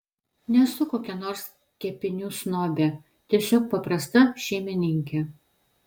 nesu kokia nors kepinių snobė tiesiog paprasta šeimininkė